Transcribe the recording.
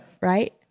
Right